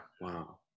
Wow